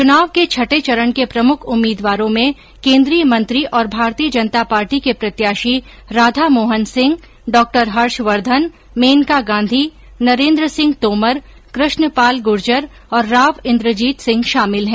चुनाव के छठे चरण के प्रमुख उम्मीदवारों में केन्द्रीय मंत्री और भारतीय जनता पार्टी के प्रत्याशी राधा मोहन सिंह डॉ हर्षवर्धन मेनका गांधी नरेन्द्र सिंह तोमर कृष्णपाल गूर्जर और राव इन्द्रजीत सिंह शामिल हैं